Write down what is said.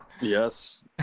Yes